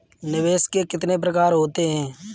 निवेश के कितने प्रकार होते हैं?